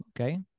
Okay